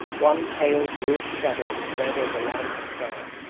one pale bluish shadow spread over land and sky.